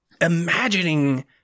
imagining